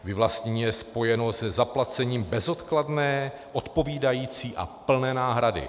Vyvlastnění je spojeno se zaplacením bezodkladné, odpovídající a plné náhrady.